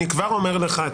אני כבר אומר לך,